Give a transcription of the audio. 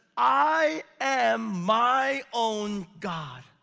i am my own god.